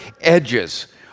edges